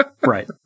right